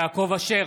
יעקב אשר,